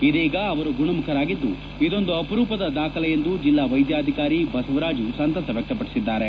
ಇದೀಗ ಅವರು ಗುಣಮುಖರಾಗಿದ್ದು ಇದೊಂದು ಅಪರೂಪದ ದಾಖಲೆ ಎಂದು ಜಿಲ್ಲಾ ವೈದ್ಯಾಧಿಕಾರಿ ಬಸವರಾಜು ಸಂತಸ ವ್ಯಕ್ಷಪಡಿಸಿದ್ದಾರೆ